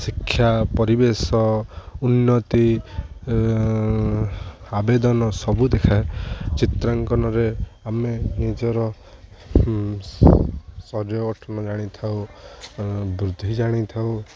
ଶିକ୍ଷା ପରିବେଶ ଉନ୍ନତି ଆବେଦନ ସବୁ ଦେଖାଏ ଚିତ୍ରାଙ୍କନରେ ଆମେ ନିଜର ଶରୀର ଗଠନ ଜାଣିଥାଉ ବୃଦ୍ଧି ଜାଣିଥାଉ